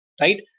right